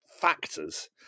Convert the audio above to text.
factors